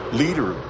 leader